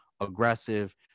aggressive